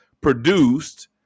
produced